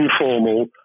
informal